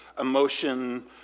emotion